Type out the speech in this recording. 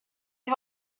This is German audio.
die